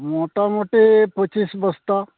ᱢᱚᱴᱟᱢᱩᱴᱤ ᱯᱚᱸᱪᱤᱥ ᱵᱚᱥᱛᱟ